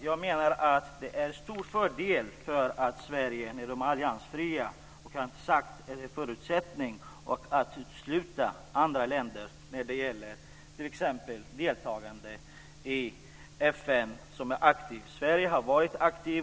Fru talman! Det är en stor fördel att Sverige är alliansfritt när det gäller t.ex. andra länders deltagande i FN.